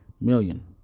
million